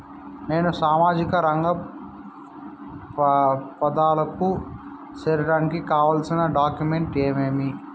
నేను సామాజిక రంగ పథకాలకు సేరడానికి కావాల్సిన డాక్యుమెంట్లు ఏమేమీ?